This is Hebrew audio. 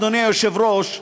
אדוני היושב-ראש,